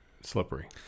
slippery